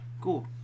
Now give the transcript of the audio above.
Cool